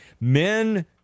men